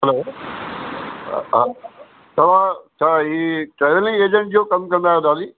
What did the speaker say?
हलो तव्हां छा ही ट्रेवलिंग एजंट जो कमु कंदा आयो दादी